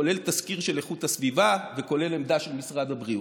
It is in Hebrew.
כולל תסקיר של איכות הסביבה וכולל עמדה של משרד הבריאות.